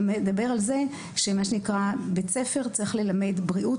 שמדבר על כך שבית ספר צריך ללמד בריאות